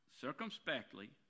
circumspectly